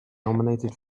nominated